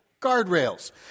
Guardrails